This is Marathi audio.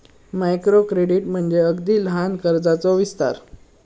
मायक्रो क्रेडिट म्हणजे अगदी लहान कर्जाचो विस्तार